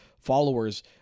followers